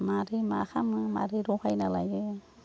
माबोरै मा खालामो माबोरै रहायना लायो